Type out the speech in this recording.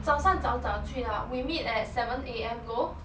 早上早早去 lah we meet at seven A_M go